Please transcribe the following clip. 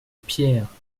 pierre